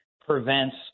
prevents